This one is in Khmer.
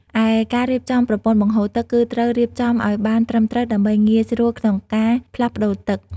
ឯការរៀបចំប្រព័ន្ធបង្ហូរទឹក គឺត្រូវរៀបចំឲ្យបានត្រឹមត្រូវដើម្បីងាយស្រួលក្នុងការផ្លាស់ប្ដូរទឹក។